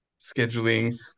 scheduling